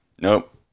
nope